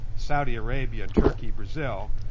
saudi arabia, turkey, brazil.